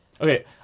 okay